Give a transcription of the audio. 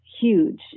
huge